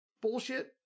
bullshit